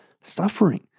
suffering